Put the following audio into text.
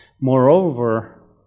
Moreover